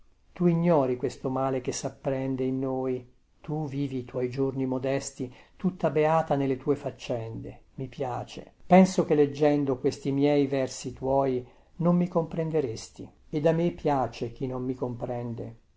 tu ignori questo male che sapprende in noi tu vivi i tuoi giorni modesti tutta beata nelle tue faccende mi piaci penso che leggendo questi miei versi tuoi non mi comprenderesti ed a me piace chi non mi comprende